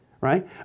right